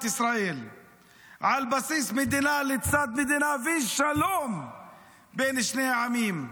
ישראל על בסיס מדינה לצד מדינה ושלום בין שני העמים.